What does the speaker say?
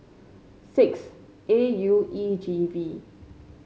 six A U E G V